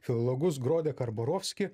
filologus grodė karbarofskį